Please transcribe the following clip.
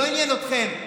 לא עניין אתכם.